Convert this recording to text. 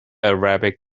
arabic